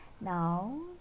Now